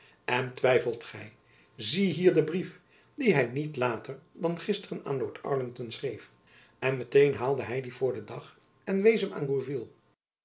en twijfelt gy zie hier den brief dien hy niet later dan gisteren aan lord arlington schreef en meteen haalde hy dien voor den dag en wees hem aan